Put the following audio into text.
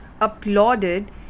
applauded